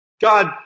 God